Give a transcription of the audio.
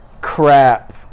crap